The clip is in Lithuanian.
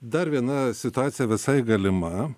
dar viena situacija visai galima